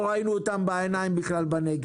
לא ראינו אותם בעיניים בנגב.